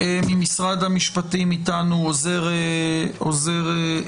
ממשרד המשפטים איתנו עוזר השר,